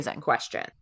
question